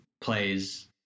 plays